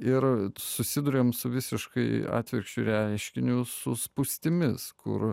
ir susiduriam su visiškai atvirkščiu reiškiniu su spūstimis kur